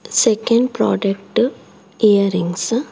second product ear rings